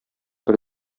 бер